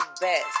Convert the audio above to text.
best